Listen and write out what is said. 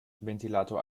ventilator